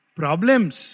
problems